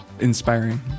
Inspiring